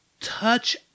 touch